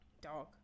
Dog